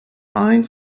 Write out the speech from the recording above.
ein